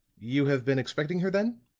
you have been expecting her then?